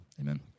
amen